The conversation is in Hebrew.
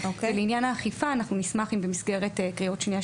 ולעניין האכיפה אנחנו נשמח אם במסגרת קריאות שנייה,